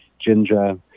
Ginger